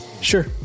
Sure